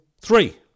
Three